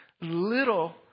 little